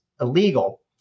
illegal